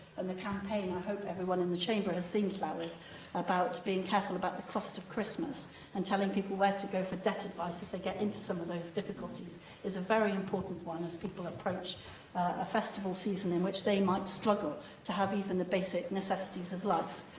and the campaign i hope everyone in the chamber has seen, llywydd about being careful about the cost of christmas and telling people where to go for debt advice if they get into some of those difficulties is a very important one as people approach a festival season in which they might struggle to have even the basic necessities of life.